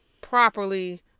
properly